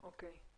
אוקיי.